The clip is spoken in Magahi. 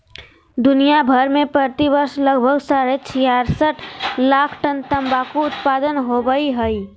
दुनिया भर में प्रति वर्ष लगभग साढ़े छियासठ लाख टन तंबाकू उत्पादन होवई हई,